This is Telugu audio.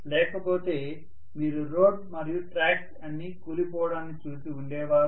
లేకపోతే మీరు రోడ్ మరియు ట్రాక్స్ అన్నీ కూలి పోవడాన్ని చూసి ఉండేవారు